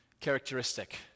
characteristic